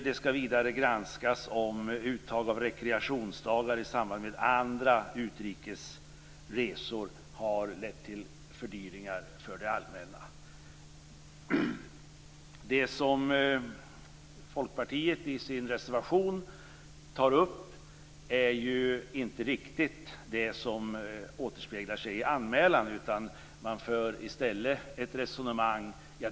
Det skall vidare granskas om uttag av rekreationsdagar i samband med andra utrikes resor har lett till fördyringar för det allmänna. Det som Folkpartiet tar upp i sin reservation är inte riktigt det som återspeglas i anmälan.